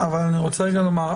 (היו"ר גלעד קריב,